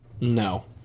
No